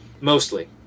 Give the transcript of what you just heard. mostly